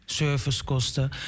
servicekosten